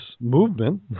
movement